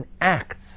acts